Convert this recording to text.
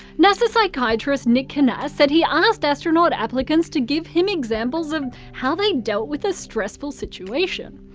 nasa psychiatrist nick kanas said he asked astronaut applicants to give him examples of how they dealt with a stressful situation.